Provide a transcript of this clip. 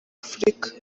afurika